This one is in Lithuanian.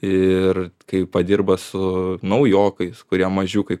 ir kai padirba su naujokais kurie mažiukai